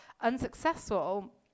unsuccessful